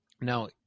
Now